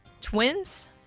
Twins